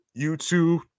YouTube